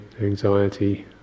anxiety